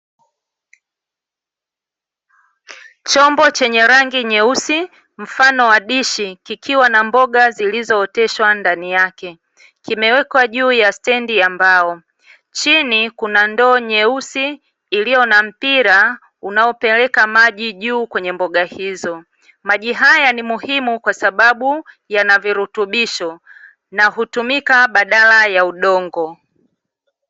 Chombo chenye rangi nyeusi, mfano wa dishi kikiwa na mboga zilizo oteshwa ndani yake, kimewekwa juu ya stendi ya mbao. Chini kuna ndoo nyeusi iliyo na mpira unaopeleka maji juu kwenye mboga hizo. Maji haya ni muhimu kwa sababu yana virutubisho na hutumika badala ya udongo.